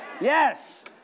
Yes